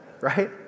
Right